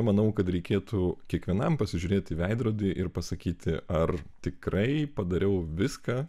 manau kad reikėtų kiekvienam pasižiūrėt į veidrodį ir pasakyti ar tikrai padariau viską